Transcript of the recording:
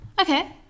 Okay